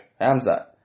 Hamza